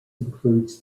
includes